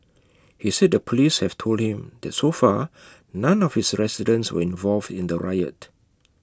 he said the Police have told him that so far none of his residents were involved in the riot